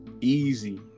easy